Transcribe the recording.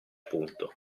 punto